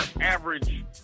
average